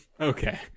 okay